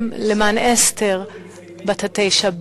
גם למען אסתר בת התשע,